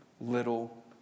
little